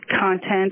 content